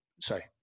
sorry